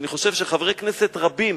אני חושב שחברי כנסת רבים,